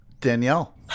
Danielle